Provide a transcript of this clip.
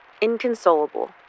inconsolable